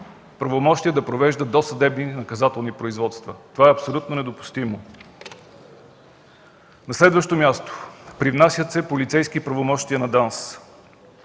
правомощия да провежда досъдебни наказателни производства. Това е абсолютно недопустимо! На следващо място, привнасят се полицейски правомощия на ДАНС.